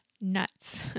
nuts